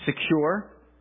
secure